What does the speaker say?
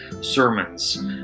sermons